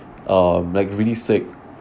uh like really sick